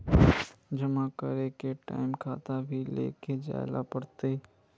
जमा करे के टाइम खाता भी लेके जाइल पड़ते?